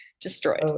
destroyed